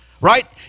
right